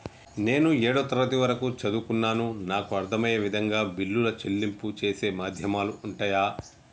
నేను ఏడవ తరగతి వరకు చదువుకున్నాను నాకు అర్దం అయ్యే విధంగా బిల్లుల చెల్లింపు చేసే మాధ్యమాలు ఉంటయా?